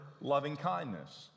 loving-kindness